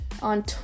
on